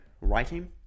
writing